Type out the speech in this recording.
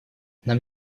нам